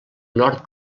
nord